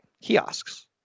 kiosks